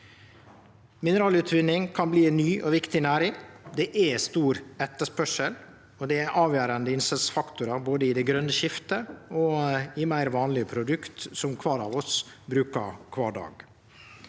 Mineralutvinning kan bli ei ny og viktig næring. Det er stor etterspørsel, og det er avgjerande innsatsfaktorar både i det grøne skiftet og i meir vanlege produkt som kvar av oss brukar kvar dag.